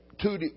two